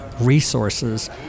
resources